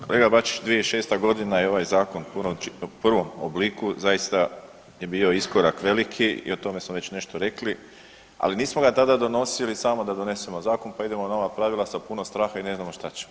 Kolega Bačić 2006.g. i ovaj zakon u prvom obliku zaista je bio iskorak veliki i o tome smo već nešto rekli, ali nismo ga tada donosili samo da donesemo zakon pa idemo na nova pravila sa puno straha i ne znam šta ćemo.